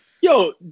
Yo